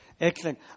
Excellent